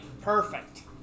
perfect